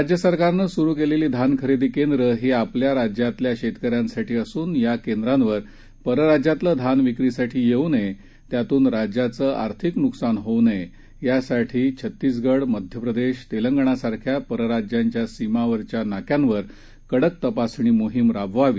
राज्यसरकारनंसुरुकेलेलीधानखरेदीकेंद्रंहीआपल्याराज्यातल्याशेतकऱ्यांसाठीअसूनयाकेंद्रांवरपरराज्यातलंधा नविक्रीसाठीयेऊनये त्यातूनराज्याचंआर्थिकन्कसानहोऊनये यासाठीछतीसगड Madhya Pradesh तेलंगणासारख्यापरराज्यांच्यासीमांवरच्यानाक्यांवरकडकतपासणीमोहिमराबवावी